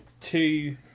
Two